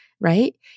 right